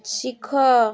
ଶିଖ